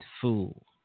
fool